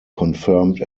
confirmed